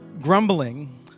grumbling